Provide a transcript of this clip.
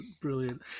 brilliant